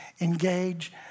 engage